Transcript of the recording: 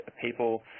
people